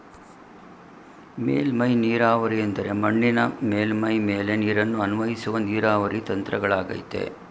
ಮೇಲ್ಮೈ ನೀರಾವರಿ ಎಂದರೆ ಮಣ್ಣಿನ ಮೇಲ್ಮೈ ಮೇಲೆ ನೀರನ್ನು ಅನ್ವಯಿಸುವ ನೀರಾವರಿ ತಂತ್ರಗಳಗಯ್ತೆ